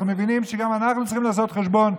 אנחנו מבינים שגם אנחנו צריכים לעשות חשבון,